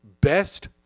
best